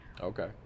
Okay